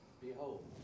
behold